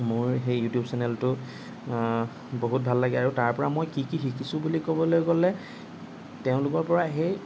মোৰ সেই ইউটিউব চেনেলটো বহুত ভাল লাগে আৰু তাৰপৰা মই কি কি শিকিছোঁ বুলি ক'বলৈ গ'লে তেওঁলোকৰ পৰা সেই